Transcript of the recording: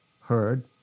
heard